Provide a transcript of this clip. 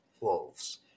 wolves